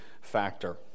factor